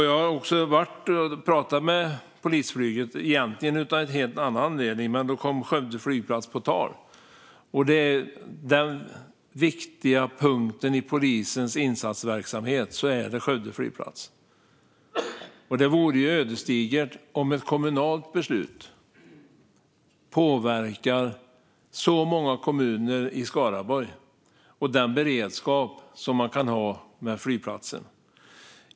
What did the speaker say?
Jag har också talat med polisflyget om egentligen en helt annan sak. Då kom Skövde flygplats på tal. Den viktiga punkten i polisens insatsverksamhet är Skövde flygplats. Det vore ödesdigert om ett kommunalt beslut påverkar så många kommuner i Skaraborg och den beredskap som man kan ha med flygplatsen.